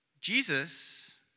Jesus